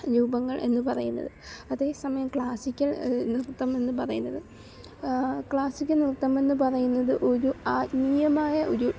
രൂപങ്ങൾ എന്ന് പറയുന്നത് അതേ സമയം ക്ലാസ്സിക്കൽ നൃത്തം എന്ന് പറയുന്നത് ക്ലാസ്സിക്കൽ നൃത്തം എന്ന് പറയുന്നത് ഒരു ആത്മീയമായ ഒരു